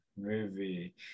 movie